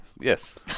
Yes